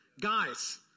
Guys